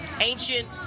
ancient